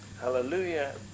hallelujah